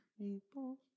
people